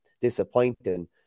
disappointing